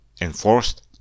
enforced